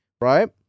right